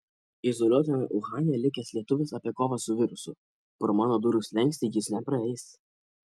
izoliuotame uhane likęs lietuvis apie kovą su virusu pro mano durų slenkstį jis nepraeis